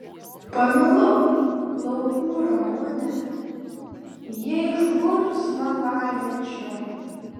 pamilau laukų ramunę ji išburs man laimę čia